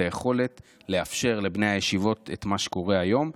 היכולת לאפשר לבני הישיבות את מה שקורה היום.